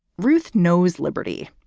ruth knows liberty.